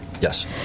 Yes